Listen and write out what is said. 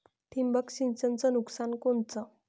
ठिबक सिंचनचं नुकसान कोनचं?